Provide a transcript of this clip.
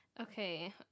Okay